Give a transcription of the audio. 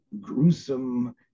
gruesome